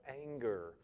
anger